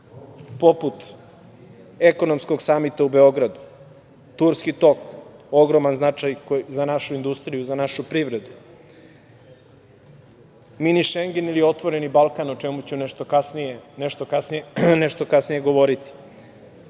poput Ekonomskog samita u Beogradu, Turski tok, ogroman značaj za našu industriju i za našu privredu, mini šengen i Otvoreni Balkan, o čemu ću nešto kasnije govoriti. Sam